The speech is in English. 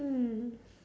um